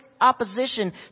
opposition